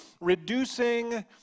reducing